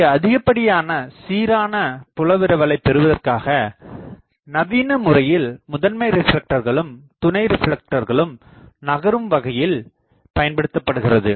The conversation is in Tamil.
இங்கே அதிகப்படியான சீரான புலவிரவலை பெறுவதற்காக நவீன முறையில் முதன்மை ரிப்லெக்டர்களும் துணை ரிப்லெக்டர்களும் நகரும் வகையில் பயன்படுத்தப்படுகிறது